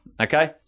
okay